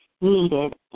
needed